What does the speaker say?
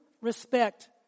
respect